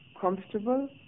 comfortable